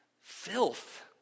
filth